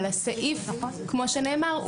אבל הסעיף כמו שנאמר,